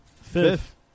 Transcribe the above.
Fifth